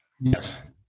Yes